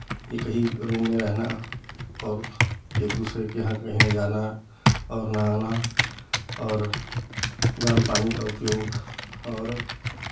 कि कहीं रूम में रहना और एक दूसरे के यहाँ कहीं भी जाना और ना आना और गरम पानी का उपयोग और